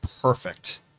perfect